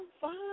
fine